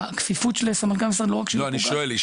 הכפיפות לסמנכ"ל המשרד לא רק שהיא לא --- לא,